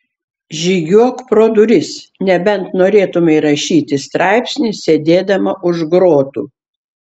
žygiuok pro duris nebent norėtumei rašyti straipsnį sėdėdama už grotų